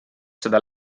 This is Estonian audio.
seda